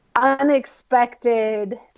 unexpected